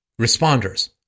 responders